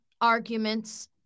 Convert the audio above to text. arguments